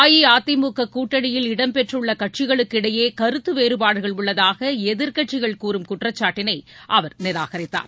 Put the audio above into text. அஇஅதிமுக கூட்டணியில் இடம் பெற்றுள்ள கட்சிகளுக்கு இடையே கருத்து வேறுபாடுகள் உள்ளதாக எதிர்க்கட்சிகள் கூறும் குற்றச்சாட்டினை அவர் நிராகரித்தார்